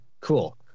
Cool